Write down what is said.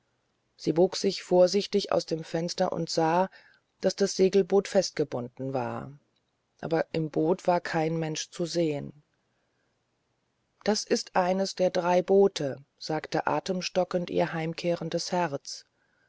sie bog sich vorsichtig aus dem fenster und sah daß das segelboot festgebunden war aber im boot war kein mensch zu sehen das ist eines der drei boote sagte atemstockend ihr heimkehrendes herz